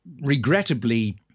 Regrettably